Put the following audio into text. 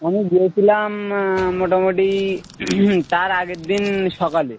আমি গিয়েছিলাম মোটামোটি তার আগের দিন সকালে